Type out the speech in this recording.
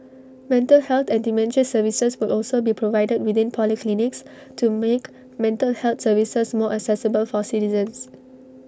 mental health and dementia services will also be provided within polyclinics to make mental health services more accessible for citizens